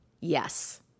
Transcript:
Yes